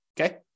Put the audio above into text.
okay